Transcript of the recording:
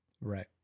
Right